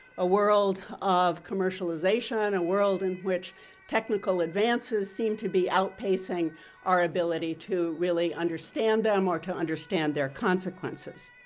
a world of commercialization, commercialization, a world in which technical advances seem to be outpacing our ability to really understand them or to understand their consequences.